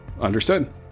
Understood